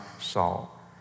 Saul